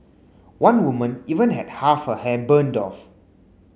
one woman even had half her hair burned off